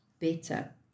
better